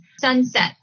Sunset